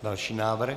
Další návrh.